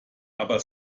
aber